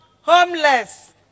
homeless